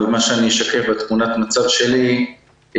אבל אשקף בתמונת המצב שלי את